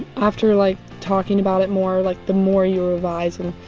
after like talking about it more, like the more you revise, and